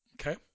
Okay